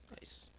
Nice